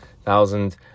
thousand